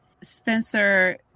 spencer